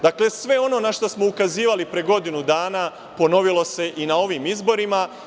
Dakle, sve ono na šta smo ukazivali pre godinu ponovilo se i na ovim izborima.